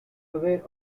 aware